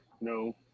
no